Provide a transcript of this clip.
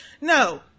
No